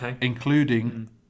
including